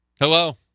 Hello